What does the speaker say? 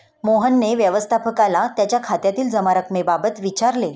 मोहनने व्यवस्थापकाला त्याच्या खात्यातील जमा रक्कमेबाबत विचारले